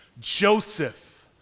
Joseph